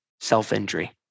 self-injury